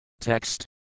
Text